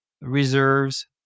reserves